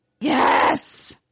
Yes